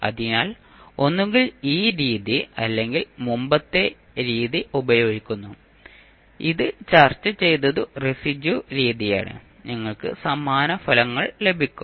അതിനാൽ ഒന്നുകിൽ ഈ രീതി അല്ലെങ്കിൽ മുമ്പത്തെ രീതി ഉപയോഗിക്കുന്നു ഇത് ചർച്ചചെതയ്തു റെസിഡ്യു രീതിയാണ് നിങ്ങൾക്ക് സമാന ഫലങ്ങൾ ലഭിക്കും